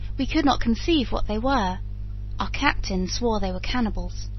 we could not conceive what they were our captain swore they were cannibals.